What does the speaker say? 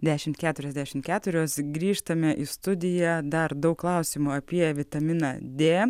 dešimt keturiasdešimt keturios grįžtame į studiją dar daug klausimų apie vitaminą dė